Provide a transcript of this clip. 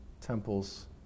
temples